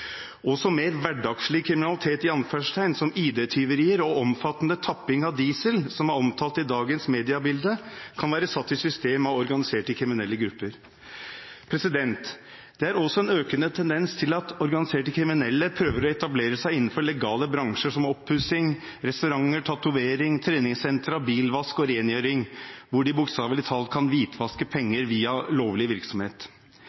Også mer «hverdagslig» kriminalitet som ID-tyverier og omfattende tapping av diesel, som er omtalt i dagens mediebilde, kan være satt i system av organiserte kriminelle grupper. Det er også en økende tendens til at organiserte kriminelle prøver å etablere seg innenfor legale bransjer som oppussing, restauranter, tatovering, treningssenter, bilvask og rengjøring, hvor de bokstavelig talt kan hvitvaske